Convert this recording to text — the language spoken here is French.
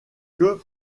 que